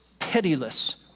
pitiless